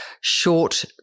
short